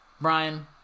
Brian